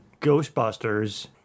Ghostbusters